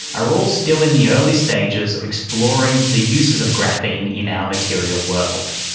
are all still in the early stages of exploring the uses of graphene in our material world.